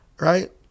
right